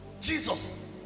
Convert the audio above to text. Jesus